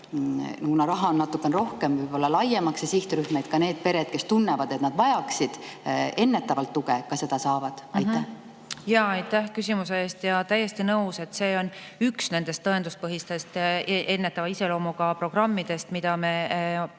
kuna raha on natukene rohkem – võib-olla laiemaks see sihtrühm, et ka need pered, kes tunnevad, et nad vajaksid ennetavalt tuge, seda saavad? Aitäh küsimuse ees! Täiesti nõus, et see on üks nendest tõenduspõhistest ennetava iseloomuga programmidest, mida me oma